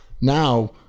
Now